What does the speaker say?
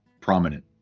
prominent